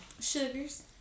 Sugars